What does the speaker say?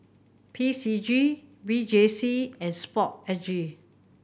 P C G V J C and Sport S G